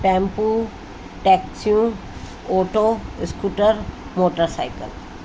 tempo टेक्सियूं auto scooter motor cycle